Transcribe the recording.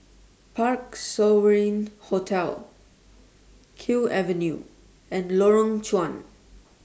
Parc Sovereign Hotel Kew Avenue and Lorong Chuan